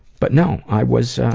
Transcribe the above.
but no, i was